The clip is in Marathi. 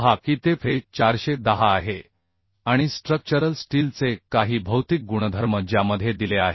पहा की ते Fe410 आहे आणि स्ट्रक्चरल स्टीलचे काही भौतिक गुणधर्म ज्यामध्ये दिले आहेत